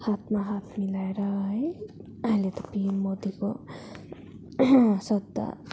हातमा हात मिलाएर है अहिले त पिएम मोदीको सत्ता छ